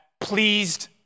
pleased